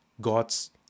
God's